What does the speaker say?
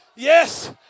Yes